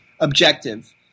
objective